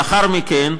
לאחר מכן,